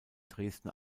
dresden